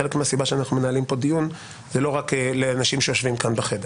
חלק מהסיבה שאנחנו מנהלים פה דיון זה לא רק לאנשים שיושבים כאן בחדר.